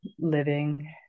living